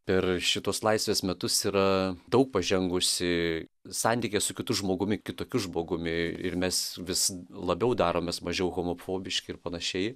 per šitus laisvės metus yra daug pažengusi santykis su kitu žmogumi kitokiu žmogumi ir mes vis labiau daromės mažiau homofobiški ir panašiai